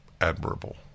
admirable